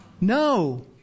No